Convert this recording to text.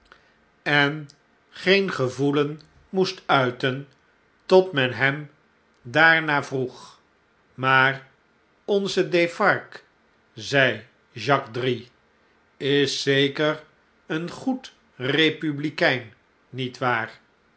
en geen gevoelen moest uiten tot men hem daarnaar vroeg maar onze defarge zei jacques drie is zeker een goed republikein met waar